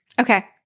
Okay